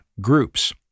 groups